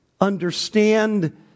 understand